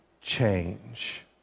change